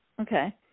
okay